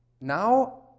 Now